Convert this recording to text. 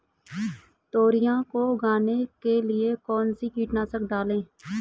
तोरियां को उगाने के लिये कौन सी कीटनाशक डालें?